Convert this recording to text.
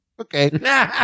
Okay